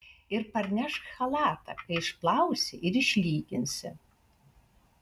ir parnešk chalatą kai išplausi ir išlyginsi